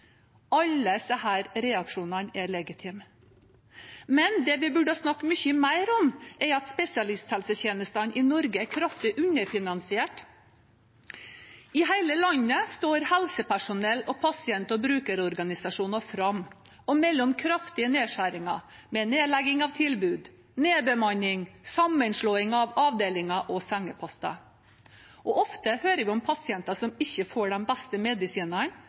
Alle disse reaksjonene er legitime. Men det vi burde snakke mye mer om, er at spesialisthelsetjenestene i Norge er kraftig underfinansiert. I hele landet står helsepersonell og pasient- og brukerorganisasjoner fram og melder om kraftige nedskjæringer med nedlegging av tilbud, nedbemanning, sammenslåing av avdelinger og sengeposter. Og ofte hører vi om pasienter som ikke får de beste medisinene,